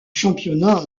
championnat